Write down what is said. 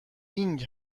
بینگ